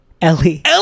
Ellie